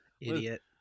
Idiot